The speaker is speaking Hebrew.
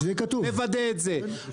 נוודא את זה.